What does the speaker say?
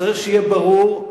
צריך שיהיה ברור,